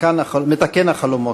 "מתקן החלומות":